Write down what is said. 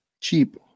cheap